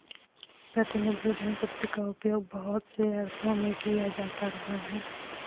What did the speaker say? प्रतिनिधि धन शब्द का प्रयोग बहुत से अर्थों में किया जाता रहा है